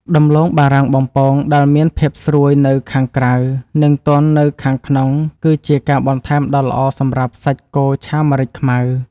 ដំឡូងបារាំងបំពងដែលមានភាពស្រួយនៅខាងក្រៅនិងទន់នៅខាងក្នុងគឺជាការបន្ថែមដ៏ល្អសម្រាប់សាច់គោឆាម្រេចខ្មៅ។